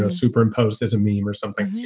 ah superimposed as a meme or something.